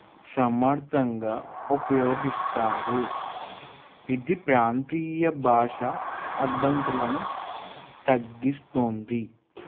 సమర్ధంగా ఉపయోగిస్తారు ఇది ప్రాంతీయ భాష అడ్డంకులను తగ్గిస్తుంది